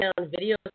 video